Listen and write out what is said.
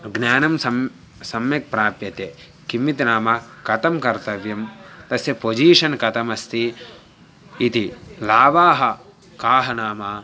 ज्ञानं सं संम्यक् प्राप्यते किम् इति नाम कथं कर्तव्यं तस्य पोजीशन् कथमस्ति इति लाभाः काः नाम